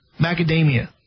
macadamia